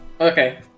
Okay